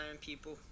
people